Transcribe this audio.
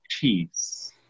peace